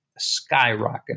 skyrocketing